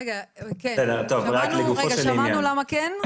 רגע, שמענו למה כן?